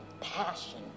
passion